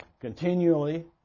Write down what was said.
Continually